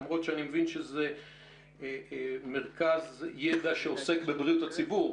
למרות שאני מבין שזה מרכז ידע שעוסק בבריאות הציבור.